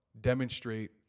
demonstrate